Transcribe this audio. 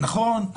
נכון,